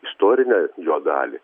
istorinę jo dalį